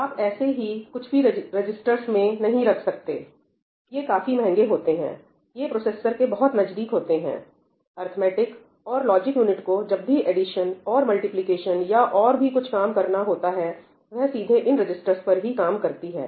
आप ऐसे ही कुछ भी रजिस्टर्स नहीं रख सकते ये काफी महंगे होते हैं ये प्रोसेसर के बहुत नजदीक होते हैंअर्थमैटिक और लॉजिक यूनिट को जब भी एडिशन और मल्टीप्लिकेशन या कुछ और भी काम करना होता है वह सीधे इन रजिस्टर्स पर ही काम करती है